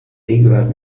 gehört